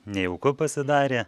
nejauku pasidarė